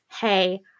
hey